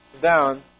down